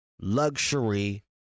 luxury